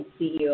CEO